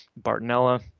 Bartonella